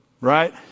Right